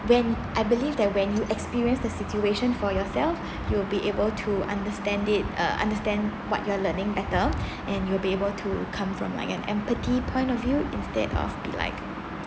when I believe that when you experience the situation for yourself you'll be able to understand it uh understand what you are learning better and you'll be able to come from like an empathy point of view instead of be like